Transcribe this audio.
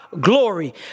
glory